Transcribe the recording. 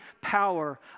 power